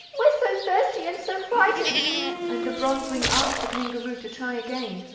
we're so thirsty and so frightened and the bronze-wing asked the kangaroo to try again,